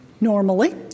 normally